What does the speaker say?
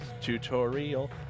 Tutorial